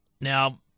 now